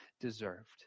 deserved